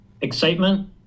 Excitement